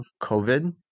COVID